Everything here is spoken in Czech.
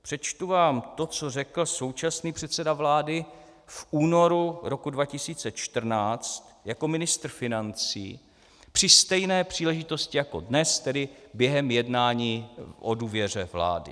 Přečtu vám to, co řekl současný předseda vlády v únoru roku 2014 jako ministr financí při stejné příležitosti jako dnes, tedy během jednání o důvěře vládě.